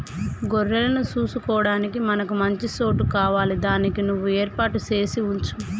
గొర్రెలను సూసుకొడానికి మనకి మంచి సోటు కావాలి దానికి నువ్వు ఏర్పాటు సేసి వుంచు